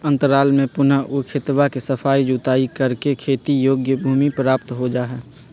अंतराल में पुनः ऊ खेतवा के सफाई जुताई करके खेती योग्य भूमि प्राप्त हो जाहई